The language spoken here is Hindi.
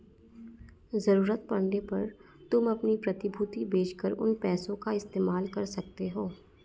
ज़रूरत पड़ने पर तुम अपनी प्रतिभूति बेच कर उन पैसों का इस्तेमाल कर सकते हो